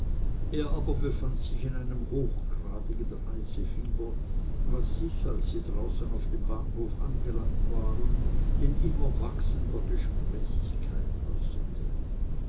er aber befand sich in einem hochgradigen reisefieber was sich als sie draußen auf dem bahnhof angelangt waren in immer wachsender gesprächigkeit